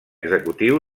executiu